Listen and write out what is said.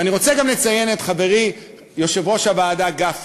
אני רוצה גם לציין את חברי יושב-ראש הוועדה גפני,